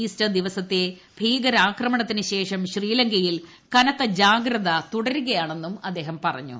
Easter ദിവസത്തെ ഭീകരാക്രമണത്തിന് ശേഷം ശ്രീലങ്കയിൽ കനത്ത ജാഗ്രത തുടരുകയാണെന്നും അദ്ദേഹം പറഞ്ഞു